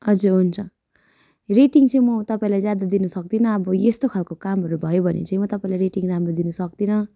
हजुर हुन्छ रेटिङ चाहिँ म तपाईँलाई ज्यादा दिनु सक्दिनँ अब यस्तो खालको कामहरू भयो भने चाहिँ म तपाईँलाई रेटिङ राम्रो दिनु सक्दिनँ